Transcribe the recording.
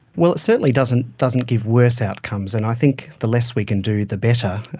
well, it certainly doesn't doesn't give worse outcomes, and i think the less we can do, the better.